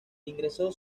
ingresó